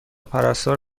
پرستار